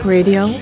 Radio